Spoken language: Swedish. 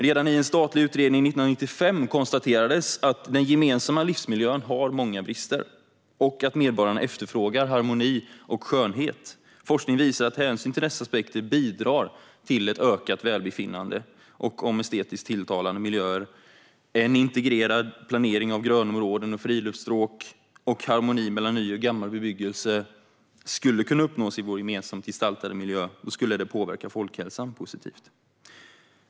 Redan i en statlig utredning 1995 konstaterades att den gemensamma livsmiljön har många brister och att medborgarna efterfrågar harmoni och skönhet. Forskning visar att hänsyn till dessa aspekter bidrar till ett ökat välbefinnande. Om estetiskt tilltalande miljöer, en integrerad planering av grönområden och friluftsstråk och harmoni mellan ny och gammal bebyggelse skulle kunna uppnås i vår gemensamt gestaltade miljö skulle det påverka folkhälsan positivt.